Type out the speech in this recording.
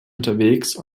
unterwegs